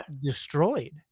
destroyed